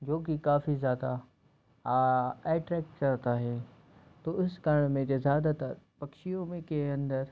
जो कि काफी ज़्यादा अट्रैक्ट करता है तो इस कारण मुझे ज़्यादातर पक्षियों में के अंदर